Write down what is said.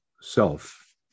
self